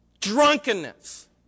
Drunkenness